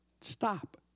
Stop